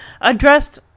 addressed